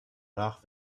nach